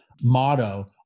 motto